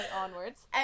onwards